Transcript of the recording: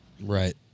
Right